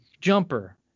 Jumper